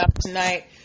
tonight